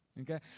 okay